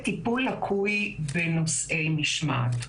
בנוסף, טיפול לקוי בנושאי משמעת.